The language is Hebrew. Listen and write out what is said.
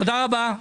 תודה רבה.